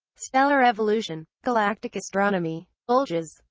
stellar evolution, galactic astronomy, bulges,